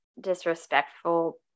disrespectful